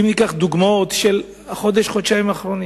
אם ניקח דוגמאות של החודש-חודשיים האחרונים,